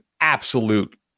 absolute